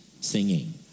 singing